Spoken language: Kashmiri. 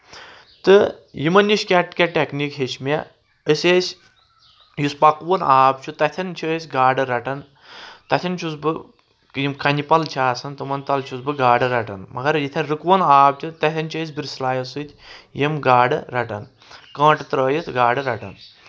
تہٕ یِمن نِش کیٛاہ کیٛاہ ٹؠکنیٖک ہیٚچھ مےٚ أسۍ ٲسۍ یُس پکوُن آب چھُ تتھؠن چھِ أسۍ گاڈٕ رَٹان تتھؠن چھُس بہٕ یِم کَنہِ پَل چھِ آسان تِمَن تل چھُس بہٕ گاڈٕ رٹان مگر یتھن رُکوُن آب چھِ تتھؠن چھِ أسۍ بِرسلایو سۭتۍ یِم گاڈٕ رٹان کانٛٹہٕ ترٲیِتھ گاڈٕ رَٹان